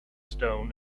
stone